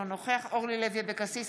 אינו נוכח אורלי לוי אבקסיס,